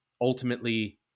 ultimately